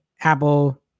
Apple